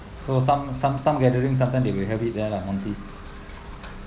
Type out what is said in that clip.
so some some some gathering sometime they will have it there lah monty's